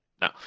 No